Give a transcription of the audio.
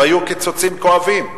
והיו קיצוצים כואבים,